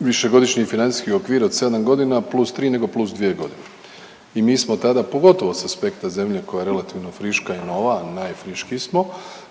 višegodišnji financijski okvir od 7 godina plus 3 nego plus 2 godine. I mi smo tada pogotovo s aspekta zemlje koja je relativno friška i nova, najfriškiji smo